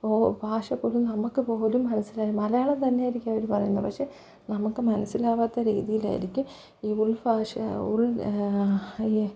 ഓ ഭാഷ പോലും നമുക്ക് പോലും മനസ്സിലാവില്ല മലയാളം തന്നെ ആയിരിക്കും അവർ പറയുന്നത് പക്ഷേ നമുക്ക് മനസ്സിലാവാത്ത രീതിയിലായിരിക്കും ഈ ഉൾ ഭാഷ ഉൾ ഈ